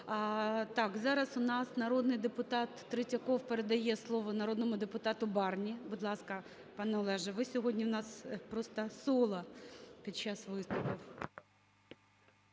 Зараз у нас депутат Третьяков передає слово народному депутату Барні. Будь ласка, пане Олеже, ви сьогодні в нас просто соло під час виступів.